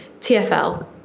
TFL